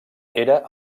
era